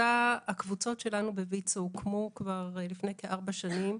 הקבוצות שלנו בויצו הוקמו כבר לפני כארבע שנים,